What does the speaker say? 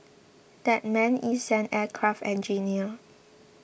that man is an aircraft engineer